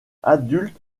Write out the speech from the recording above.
adulte